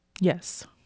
Yes